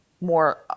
more